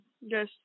yes